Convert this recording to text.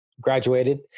Graduated